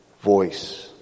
voice